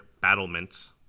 Battlements